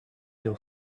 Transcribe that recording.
feel